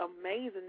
amazing